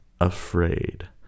afraid